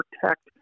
protect